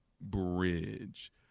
bridge